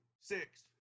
six